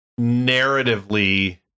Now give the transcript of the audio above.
narratively